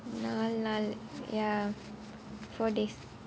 நாலு நாள்:naalu naal ya four days